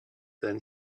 then